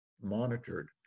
monitored